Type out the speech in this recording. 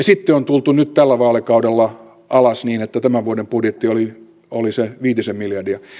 sitten on tultu nyt tällä vaalikaudella alas niin että tämän vuoden budjetti oli oli se viitisen miljardia